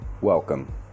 welcome